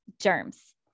germs